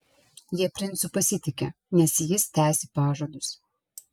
jie princu pasitiki nes jis tesi pažadus